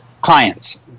clients